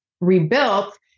rebuilt